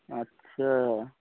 अच्छा